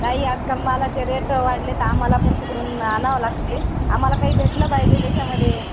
नाही आजकाल मालाचे रेट वाढले आहेत आम्हाला पण तिकडून आणावं लागते आम्हाला काही भेटलं पाहिजे त्याच्यामध्ये